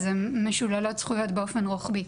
אז הן משוללות זכויות באופן רוחבי.